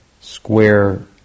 square